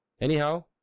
anyhow